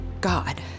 God